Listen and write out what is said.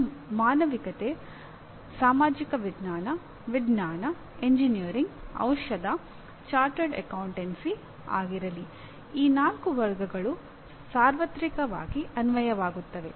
ಅದು ಮಾನವಿಕತೆ ಸಾಮಾಜಿಕ ವಿಜ್ಞಾನ ವಿಜ್ಞಾನ ಎಂಜಿನಿಯರಿಂಗ್ ಔಷಧ ಚಾರ್ಟರ್ಡ್ ಅಕೌಂಟನ್ಸಿ ಆಗಿರಲಿ ಈ ನಾಲ್ಕು ವರ್ಗಗಳು ಸಾರ್ವತ್ರಿಕವಾಗಿ ಅನ್ವಯವಾಗುತ್ತವೆ